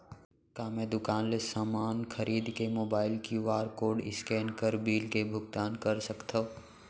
का मैं दुकान ले समान खरीद के मोबाइल क्यू.आर कोड स्कैन कर बिल के भुगतान कर सकथव?